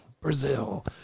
Brazil